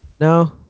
no